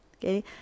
okay